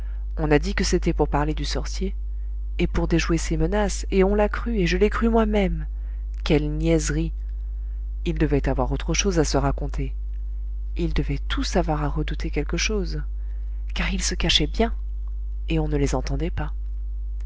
on a dit que c'était pour parler du sorcier et pour déjouer ses menaces et on l'a cru et je l'ai cru moi-même quelle niaiserie ils devaient avoir autre chose à se raconter ils devaient tous avoir à redouter quelque chose car ils se cachaient bien et on ne les entendait pas